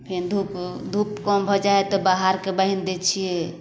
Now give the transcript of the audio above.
फेन धूप धूप कम भऽ जाइ हइ तऽ बाहरके बान्हि दै छिए